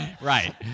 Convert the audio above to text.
Right